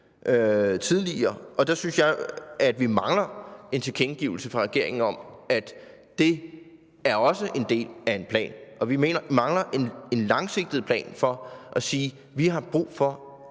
Og der synes jeg, at vi mangler en tilkendegivelse fra regeringen om, at det også er en del af en plan. Og vi mangler en langsigtet plan, hvor vi kan sige: Vi har brug for